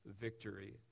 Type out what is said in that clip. victory